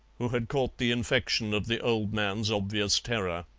who had caught the infection of the old man's obvious terror.